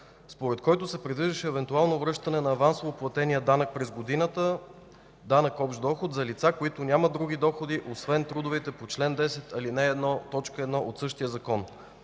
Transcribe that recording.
според който се предвиждаше евентуално връщане на авансово платения данък през годината – данък общ доход за лица, които нямат други доходи, освен трудовите по чл. 10, ал. 1, т. 1 от същия Закон.